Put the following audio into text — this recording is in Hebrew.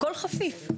הכל חפיף.